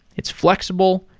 it's flexible,